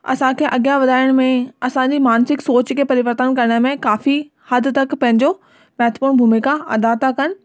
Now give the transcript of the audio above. असांखे अॻियां वधाइण में असांजी मानसिक सोच खे परिवर्तनु करण में काफ़ी हद तक पंहिंजो महत्वपूर्ण भूमिका अदा था कनि